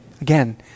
Again